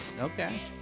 Okay